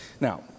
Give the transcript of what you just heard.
Now